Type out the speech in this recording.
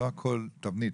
לא הכול תבנית.